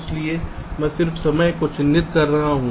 इसलिए मैं सिर्फ समय को चिह्नित कर रहा हूं